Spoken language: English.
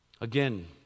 Again